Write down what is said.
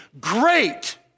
great